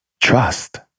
Trust